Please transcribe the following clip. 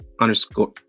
underscore